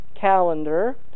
calendar